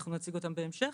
אנחנו נציג אותם בהמשך.